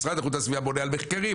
משרד איכות הסביבה בונה על מחקרים.